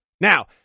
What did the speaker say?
Now